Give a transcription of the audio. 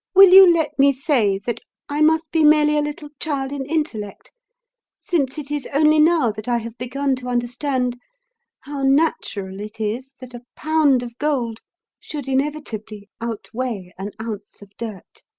will you let me say that i must be merely a little child in intellect since it is only now that i have begun to understand how natural it is that a pound of gold should inevitably outweigh an ounce of dirt?